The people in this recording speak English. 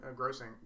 grossing